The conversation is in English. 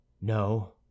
No